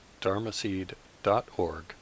dharmaseed.org